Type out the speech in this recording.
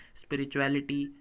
spirituality